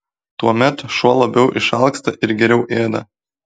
tuomet šuo labiau išalksta ir geriau ėda